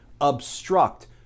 obstruct